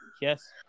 Yes